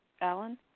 Alan